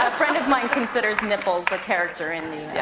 ah friend of mine considers nipples a character in the yeah